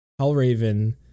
Hellraven